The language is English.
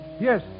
Yes